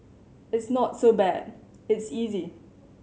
it's not so bad it's easy